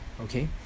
Okay